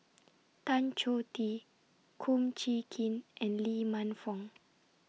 Tan Choh Tee Kum Chee Kin and Lee Man Fong